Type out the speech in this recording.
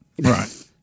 Right